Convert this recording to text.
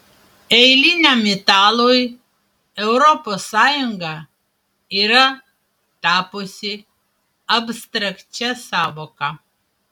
eiliniam italui europos sąjunga yra tapusi abstrakčia sąvoka